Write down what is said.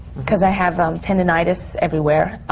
cause i have um tendonitis everywhere.